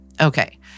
Okay